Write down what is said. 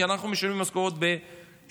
כי אנחנו משלמים משכורות בשקלים,